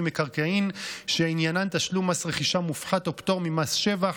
מקרקעין שעניינן תשלום מס רכישה מופחת או פטור ממס שבח,